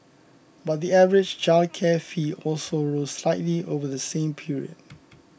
but the average childcare fee also rose slightly over the same period